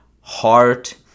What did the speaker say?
heart